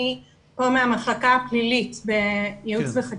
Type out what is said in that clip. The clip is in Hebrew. אני פה מהמחלקה הפלילית בייעוץ וחקיקה.